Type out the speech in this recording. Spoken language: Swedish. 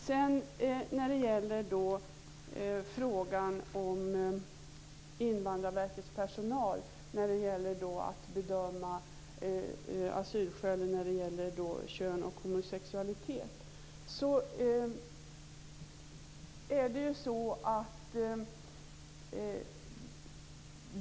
Så till frågan om Invandrarverkets personal vad gäller att bedöma asylskäl i fråga om kön och homosexualitet.